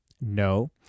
No